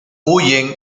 huyen